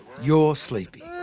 you're sleepy.